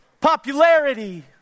popularity